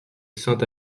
saint